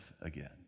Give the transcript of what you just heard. again